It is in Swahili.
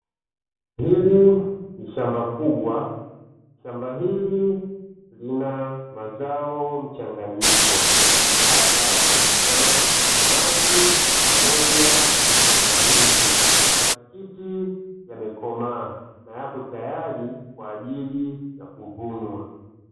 Hili ni shamba kubwa; shamba hili lina mazao mchanganyiko. Hapa kuna matikiti maji pamoja na mahindi. Matikiti yamekomaa na yapo tayari kwa ajili ya kuvunwa.